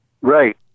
Right